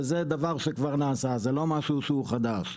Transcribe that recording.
וזה דבר שכבר נעשה, זה לא משהו חדש.